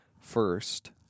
first